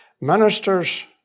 Ministers